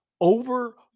over